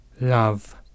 Love